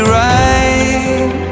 right